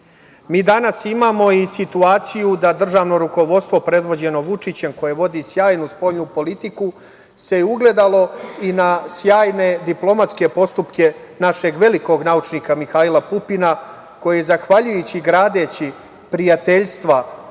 danas imamo i situaciju da državno rukovodstvo, predvođeno Vučićem, koje vodi sjajnu spoljnu politiku, se ugledalo i na sjajne diplomatske postupke našeg velikog naučnika Mihajla Pupina, koji je gradeći prijateljstva